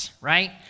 right